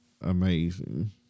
Amazing